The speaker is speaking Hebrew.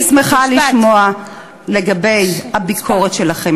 הייתי שמחה לשמוע לגבי הביקורת שלכם,